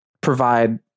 provide